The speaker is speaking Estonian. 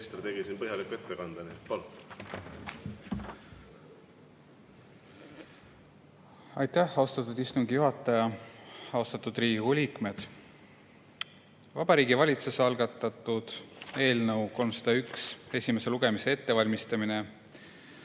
tegi siin põhjaliku ettekande, nii et palun! Aitäh, austatud istungi juhataja! Austatud Riigikogu liikmed! Vabariigi Valitsuse algatatud eelnõu 301 esimese lugemise ettevalmistamine